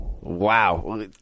Wow